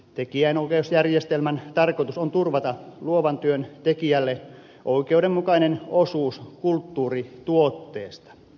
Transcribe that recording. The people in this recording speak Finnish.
tekijänoikeusjärjestelmän tarkoitus on turvata luovan työn tekijälle oikeudenmukainen osuus kulttuurituotteesta